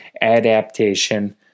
adaptation